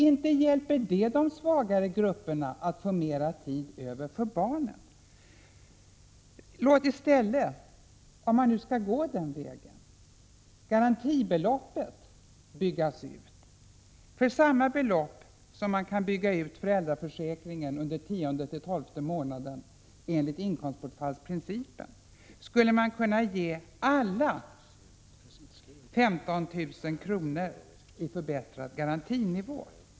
Inte hjälper det de svagare grupperna att få mera tid över för barnen! Om man nu skall gå den vägen, så låt i stället garantibeloppet byggas ut! För samma belopp som man kan bygga ut föräldraförsäkringen under tionde till tolfte månaden enligt inkomstbortfallsprincipen skulle man kunna ge alla 15 000 kr. i förbättrad garantinivå.